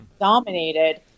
dominated